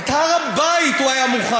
את הר-הבית הוא היה מוכן.